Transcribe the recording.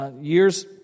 years